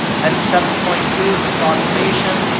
item seven point two is a proclamation,